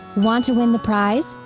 want to win the prize?